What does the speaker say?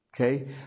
Okay